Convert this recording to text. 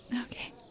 Okay